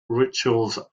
rituals